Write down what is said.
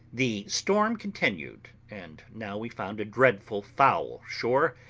the storm continued, and now we found a dreadful foul shore,